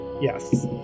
Yes